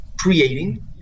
creating